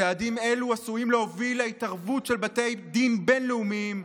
צעדים אלו עשויים להוביל להתערבות של בתי דין בין-לאומיים,